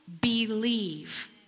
believe